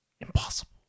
impossible